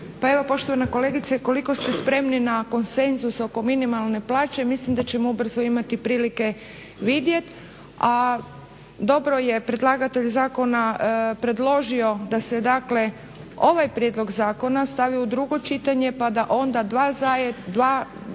Pa evo, poštovana kolegice koliko ste spremni na konsenzus oko minimalne plaće, mislim da ćemo ubrzo imati prilike vidjet, a dobro je predlagatelj zakona predložio da se dakle ovaj prijedlog zakona stavi u drugo čitanje pa da onda 2 zajedno,